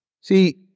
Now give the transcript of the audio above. See